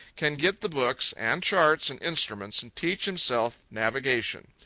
can get the books, and charts, and instruments and teach himself navigation.